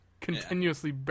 Continuously